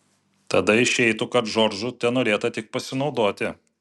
tada išeitų kad džordžu tenorėta tik pasinaudoti